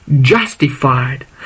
justified